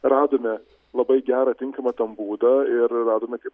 radome labai gerą tinkamą būdą ir radome kaip